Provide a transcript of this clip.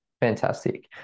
Fantastic